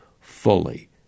fully